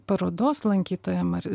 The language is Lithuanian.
parodos lankytojam ar